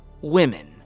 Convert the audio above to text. women